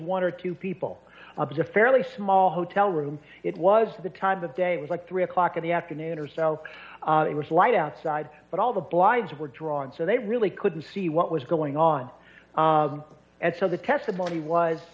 one or two people observe fairly small hotel room it was the time of day it was like three o'clock in the afternoon or so it was light outside but all the blinds were drawn so they really couldn't see what was going on and so the testimony